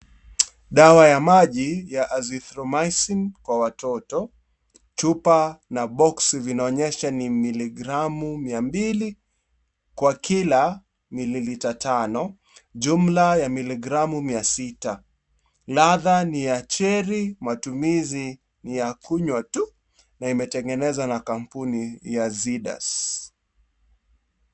Dawa ya maji ya Azithromycin kwa watoto chupa na box vinaonyesha miligramu mia mbili kwa kila mililita tano jumla ya miligramu mia sita radha ni ya cherry matumizi ya kunywa tu na imetengenezwa na kampuni ya Zydus.